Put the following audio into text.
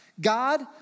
God